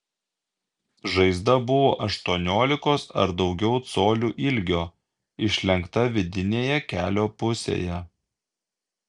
žaizda buvo aštuoniolikos ar daugiau colių ilgio išlenkta vidinėje kelio pusėje